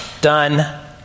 Done